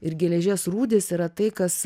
ir geležies rūdys yra tai kas